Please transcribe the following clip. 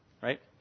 right